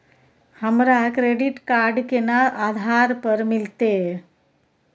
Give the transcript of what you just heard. हमरा credit card केना आधार पर मिलते?